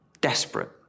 desperate